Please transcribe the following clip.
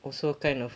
also kind of